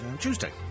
Tuesday